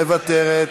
מוותרת.